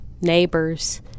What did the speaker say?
neighbors